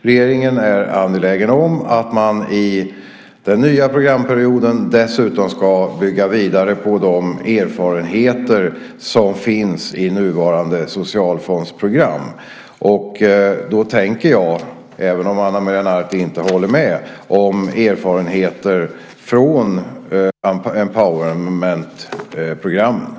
Regeringen är angelägen om att man i den nya programperioden dessutom ska bygga vidare på de erfarenheter som finns i nuvarande socialfondsprogram och erfarenheter från "Empowerment"-programmen.